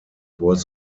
was